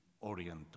Orient